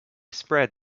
spread